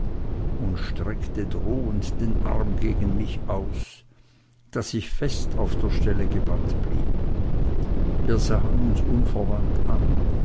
und streckte drohend den arm gegen mich aus daß ich fest an der stelle gebannt blieb wir sahen uns unverwandt an